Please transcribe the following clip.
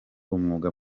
umwuga